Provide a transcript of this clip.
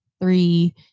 three